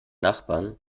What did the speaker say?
nachbarn